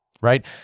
right